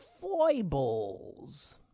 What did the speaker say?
foibles